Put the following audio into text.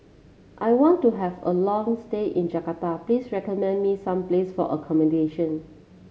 I want to have a long stay in Jakarta please recommend me some places for accommodation